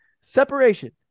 separation